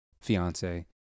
fiance